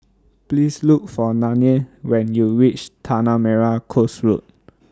Please Look For Nanie when YOU REACH Tanah Merah Coast Road